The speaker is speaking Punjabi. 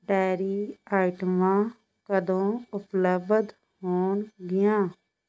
ਡਾਇਰੀ ਆਈਟਮਾਂ ਕਦੋਂ ਉਪਲੱਬਧ ਹੋਣਗੀਆਂ